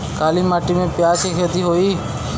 काली माटी में प्याज के खेती होई?